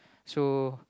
so